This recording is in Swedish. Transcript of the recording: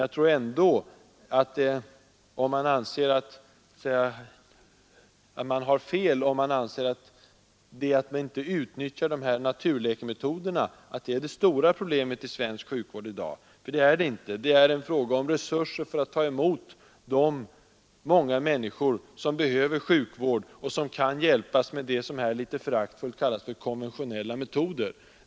Men om de som anser att det är fel att inte utnyttja dessa naturläkemetoder tror att detta är det stora problemet i svensk sjukvård, så tar de miste. Det stora bekymret är att få resurser för att ta emot de många människor som behöver sjukvård och som kan hjälpas med det som här litet föraktfullt kallas för konventionella metoder.